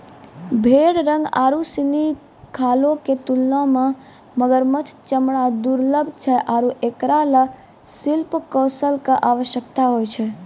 भेड़ रंग आरु सिनी खालो क तुलना म मगरमच्छ चमड़ा दुर्लभ छै आरु एकरा ल शिल्प कौशल कॅ आवश्यकता होय छै